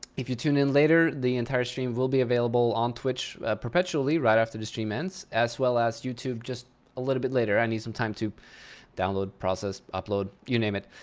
if you tune in later, the entire stream will be available on twitch, perpetually, right after the stream ends, as well as youtube just a little bit later. i need some time to download, process, upload, you name it.